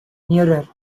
nearer